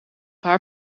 haar